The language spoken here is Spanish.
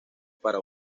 para